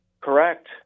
Correct